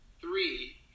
three